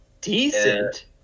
Decent